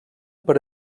per